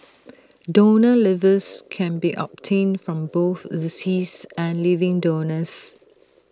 donor livers can be obtained from both deceased and living donors